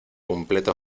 completo